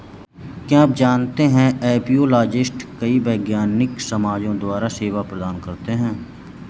क्या आप जानते है एपियोलॉजिस्ट कई वैज्ञानिक समाजों द्वारा सेवा प्रदान करते हैं?